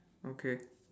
okay